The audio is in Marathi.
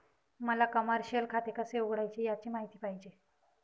मला कमर्शिअल खाते कसे उघडायचे याची माहिती पाहिजे